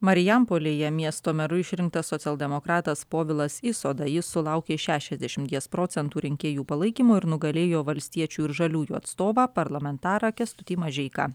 marijampolėje miesto meru išrinktas socialdemokratas povilas isoda jis sulaukė šešiasdešimties procentų rinkėjų palaikymo ir nugalėjo valstiečių ir žaliųjų atstovą parlamentarą kęstutį mažeiką